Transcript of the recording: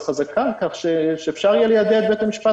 חזקה על כך שאפשר יהיה ליידע את בית המשפט